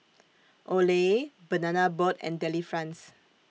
Olay Banana Boat and Delifrance